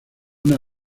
una